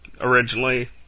originally